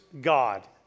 God